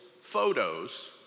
photos